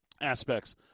aspects